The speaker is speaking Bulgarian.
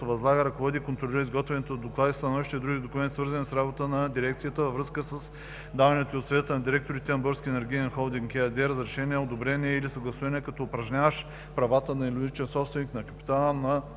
възлага, ръководи и контролира изготвянето на доклади, становища и други документи, свързани с работата на дирекцията във връзка с даването от Съвета на директорите на „Българския енергиен холдинг“ ЕАД разрешение, одобрение или съгласуване като упражняващ правата на едноличен собственик на капитала на